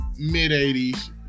mid-'80s